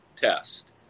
test